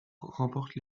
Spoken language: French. remporte